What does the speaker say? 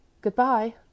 Goodbye